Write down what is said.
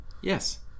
Yes